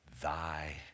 thy